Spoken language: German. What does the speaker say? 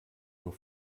nur